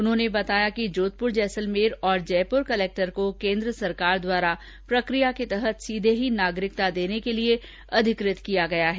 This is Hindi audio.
उन्होंने बताया कि जोधपुर जैसलमेर तथा जयपुर कलेक्टर को केन्द्र सरकार द्वारा प्रक्रिया के तहत सीधे ही नागरिकता देने के लिए अधिकृत किया गया है